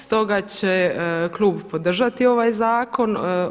Stoga će klub podržati ovaj zakon.